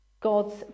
God's